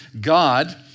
God